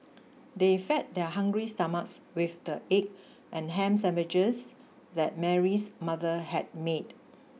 they fed their hungry stomachs with the egg and ham sandwiches that Mary's mother had made